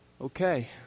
Okay